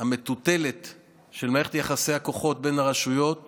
המטוטלת של מערכת יחסי הכוחות בין הרשויות